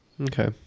Okay